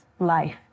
life